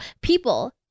people